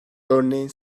örneğin